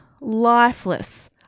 lifeless